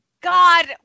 God